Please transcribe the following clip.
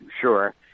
sure